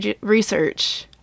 research